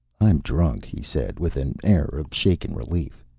i'm drunk, he said with an air of shaken relief.